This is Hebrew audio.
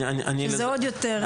זה עוד יותר.